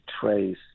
trace